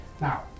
Now